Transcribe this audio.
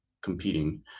competing